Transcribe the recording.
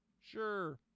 Sure